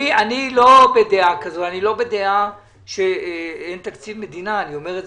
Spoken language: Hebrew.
אנחנו ניגרר אחרי זה